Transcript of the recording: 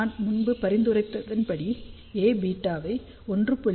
நான் முன்பு பரிந்துரைத்ததன்படி Aβ ஐ 1